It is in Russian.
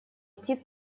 идти